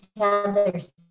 other's